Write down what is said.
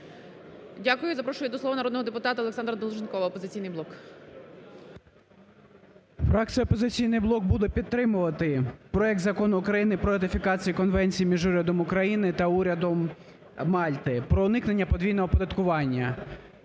Дякую. Запрошую до слова народного депутата Олександра Долженкова, "Опозиційний блок".